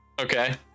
Okay